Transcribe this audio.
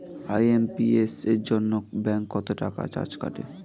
IMPS এর জন্য bank কত চার্জ কাটে?